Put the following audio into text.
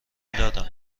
دادم